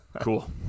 Cool